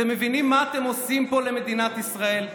אתם מבינים מה אתם עושים פה למדינת ישראל?